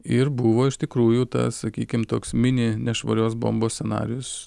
ir buvo iš tikrųjų tas sakykim toks mini nešvarios bombos scenarijus